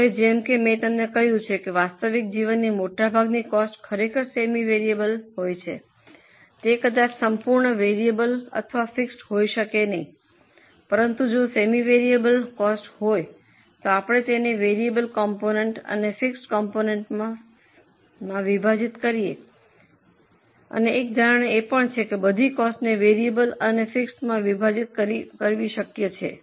હવે જેમ કે મેં તમને કહ્યું છે કે વાસ્તવિક જીવનની મોટાભાગની કોસ્ટ ખરેખર સેમી વેરિયેબલમાં હોય છે તે કદાચ સંપૂર્ણ વેરિયેબલ અથવા ફિક્સડ હોઇ શકે નહીં પરંતુ જો સેમી વેરિયેબલમાં કોસ્ટ હોય તો આપણે તેને વેરીએબલ કોમ્પોનેન્ટ અને ફિક્સડ કોમ્પોનેન્ટમાં વિભાજીત કરીએ અને એક ધારણા એ છે કે બધી કોસ્ટને વેરીએબલ અને ફિક્સડમાં વિભાજીત કરી શક્ય છે